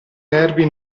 nervi